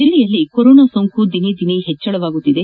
ಜಿಲ್ಲೆಯಲ್ಲಿ ಕೊರೊನಾ ಸೋಂಕು ದಿನೇ ದಿನೇ ಹೆಚ್ಚಳವಾಗುತ್ತಿದೆ